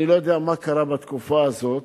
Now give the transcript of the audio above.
אני לא יודע מה קרה בתקופה הזאת,